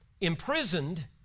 imprisoned